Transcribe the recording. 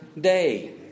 day